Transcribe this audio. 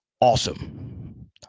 awesome